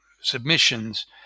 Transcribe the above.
submissions